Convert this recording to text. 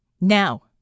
Now